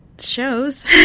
shows